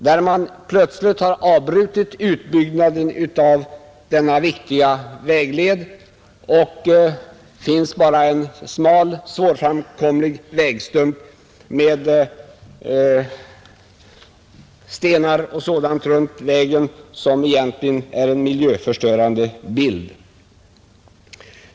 Man har plötsligt avbrutit utbyggnaden av denna viktiga vägled och det finns bara en smal svårframkomlig vägstump med stenar och sådant runt vägen, som egentligen är förfulande av landskapsbilden.